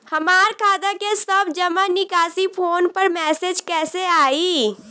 हमार खाता के सब जमा निकासी फोन पर मैसेज कैसे आई?